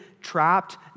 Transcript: trapped